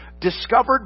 discovered